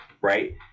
right